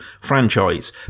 franchise